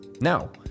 Now